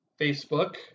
Facebook